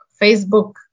Facebook